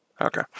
Okay